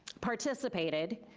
participated,